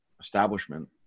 establishment